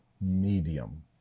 medium